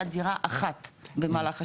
דירה אחת, במהלך השנים.